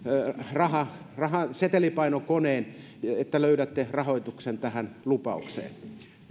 setelipainokoneen että löydätte rahoituksen tähän lupaukseen